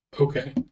Okay